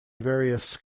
various